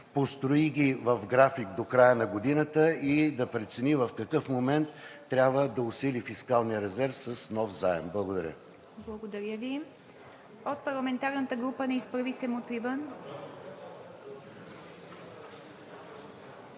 построи ги в график до края на годината и да прецени в какъв момент трябва да усили фискалния резерв с нов заем. Благодаря. ПРЕДСЕДАТЕЛ ИВА МИТЕВА: Благодаря Ви. От парламентарната група на „Изправи се! Мутри